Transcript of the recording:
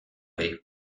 bai